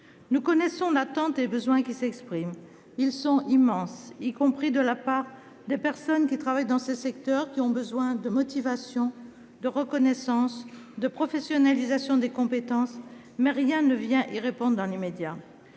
Nous connaissons l'attente et les besoins qui s'expriment. Ils sont immenses, y compris du côté des personnes qui travaillent dans ces secteurs- ils ont besoin de motivation, de reconnaissance, de professionnalisation des compétences. Or rien ne vient y répondre dans l'immédiat.